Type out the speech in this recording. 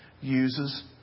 uses